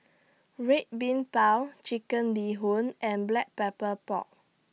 Red Bean Bao Chicken Bee Hoon and Black Pepper Pork